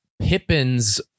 Pippin's